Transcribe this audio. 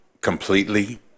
completely